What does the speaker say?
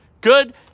Good